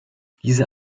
diese